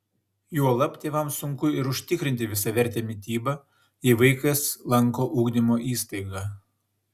juolab tėvams sunku ir užtikrinti visavertę mitybą jei vaikas lanko ugdymo įstaigą